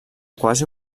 quasi